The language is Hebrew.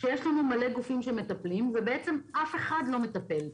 כשיש לנו מלא גופים שמטפלים ובעצם אף אחד לא מטפל.